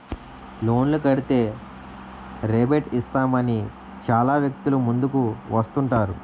లోన్లు కడితే రేబేట్ ఇస్తామని చాలా వ్యక్తులు ముందుకు వస్తుంటారు